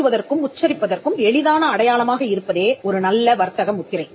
பேசுவதற்கும் உச்சரிப்பதற்கும் எளிதான அடையாளமாக இருப்பதே ஒரு நல்ல வர்த்தக முத்திரை